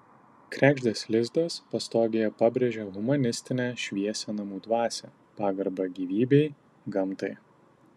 kregždės lizdas pastogėje pabrėžia humanistinę šviesią namų dvasią pagarbą gyvybei gamtai